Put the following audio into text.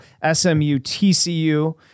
SMU-TCU